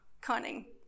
cunning